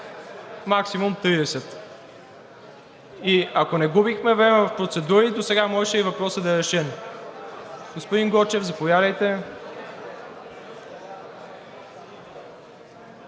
максимум 30. Ако не губихме време в процедури, досега можеше и въпросът да е решен. (Шум и реплики.) Господин Гочев, заповядайте.